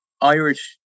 Irish